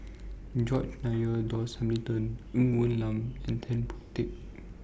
George Nigel Douglas Hamilton Ng Woon Lam and Tan Boon Teik